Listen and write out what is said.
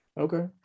Okay